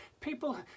people